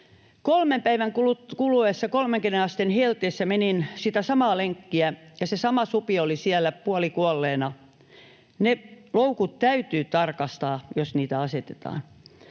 Kolmen päivän kuluessa 30 asteen helteessä menin sitä samaa lenkkiä, ja se sama supi oli siellä puolikuolleena. Ne loukut täytyy tarkastaa, jos niitä asetetaan.